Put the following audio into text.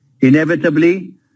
inevitably